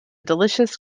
delicious